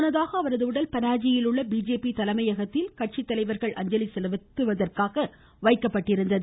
முன்னதாக அவரது உடல் பனாஜியில் உள்ள பிஜேபி தலைமையகத்தில் கட்சி தலைவர்கள் அஞ்சலி செலுத்துவதற்காக வைக்கப்பட்டிருந்தது